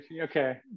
okay